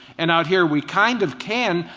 and out here we kind of can,